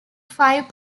five